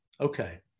Okay